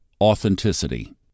authenticity